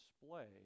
display